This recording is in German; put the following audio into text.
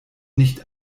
nicht